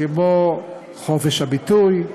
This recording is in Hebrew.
כמו חופש הביטוי.